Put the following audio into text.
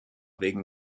wegen